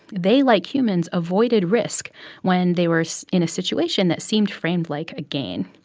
they, like humans, avoided risk when they were in a situation that seemed framed like a gain.